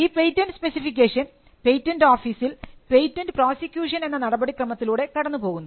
e-patent specification patent ഓഫീസിൽ patent prosecution എന്ന നടപടിക്രമത്തിലൂടെ കടന്നു പോകുന്നു